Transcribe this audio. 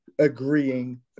agreeing